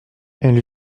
elle